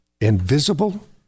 invisible